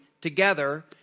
together